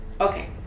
Okay